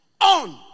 on